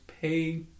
pay